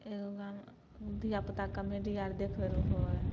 एगो गाना धिआपुता कोमेडी आर देखै रहै